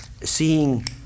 seeing